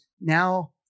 now